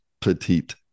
Petite